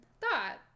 thought